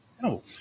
No